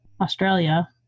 Australia